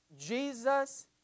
Jesus